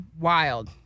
wild